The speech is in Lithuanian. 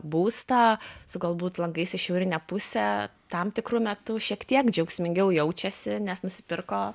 būstą su galbūt langais į šiaurinę pusę tam tikru metu šiek tiek džiaugsmingiau jaučiasi nes nusipirko